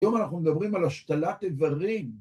היום אנחנו מדברים על השתלת איברים.